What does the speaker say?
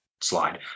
slide